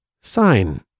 sign